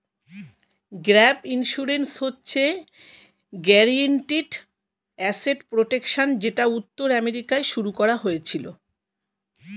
gap insurance হচ্ছে guaranteed asset protection যেটা উত্তর আমেরিকায় শুরু করা হয়েছিল